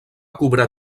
cobrar